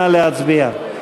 נא להצביע.